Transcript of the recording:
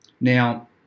Now